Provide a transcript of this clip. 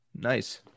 Nice